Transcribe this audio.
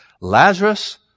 Lazarus